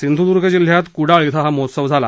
सिंधूदुर्ग जिल्ह्यात कुडाळ अं हा महोत्सव झाला